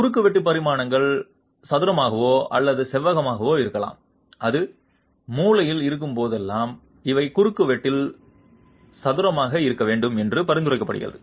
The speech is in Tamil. குறுக்கு வெட்டு பரிமாணங்கள் சதுரமாகவோ அல்லது செவ்வகமாகவோ இருக்கலாம் அது மூலையில் இருக்கும்போதெல்லாம் இவை குறுக்குவெட்டில் சதுரமாக இருக்க வேண்டும் என்று பரிந்துரைக்கப்படுகிறது